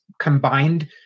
combined